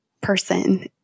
person